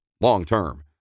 long-term